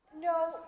no